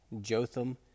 Jotham